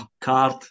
card